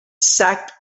sacked